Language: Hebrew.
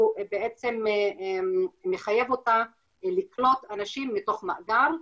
הוא מחייב אותה לקלוט אנשים מתוך מאגר,